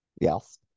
Yes